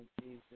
Jesus